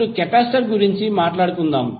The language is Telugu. ఇప్పుడు కెపాసిటర్ గురించి మాట్లాడుదాం